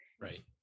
Right